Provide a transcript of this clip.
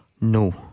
No